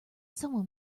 someone